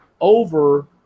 over